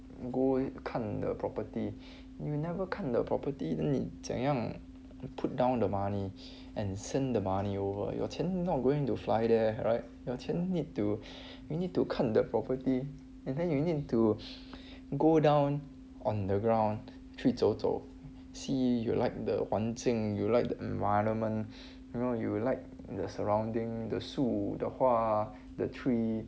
go 看 the property you never 看 the property then 你怎样 put down the money and send the money over your 钱 not going to fly there right your 钱 need to you need to 看 the property and then you need to go down on the ground 去走走 see you like the 环境 you like the environment you know you like the surrounding the 树 the 花 the tree